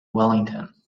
wellington